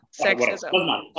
sexism